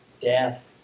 death